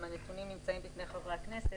הנתונים גם נמצאים בפני חברי הכנסת,